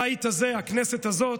הבית הזה, הכנסת הזאת,